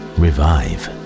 revive